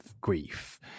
grief